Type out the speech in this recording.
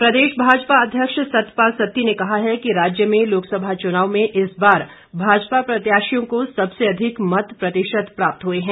सत्ती प्रदेश भाजपा अध्यक्ष सतपाल सत्ती ने कहा है कि राज्य में लोकसभा चुनाव में इस बार भाजपा प्रत्याशियों को सबसे अधिक मत प्रतिशत प्राप्त हुए हैं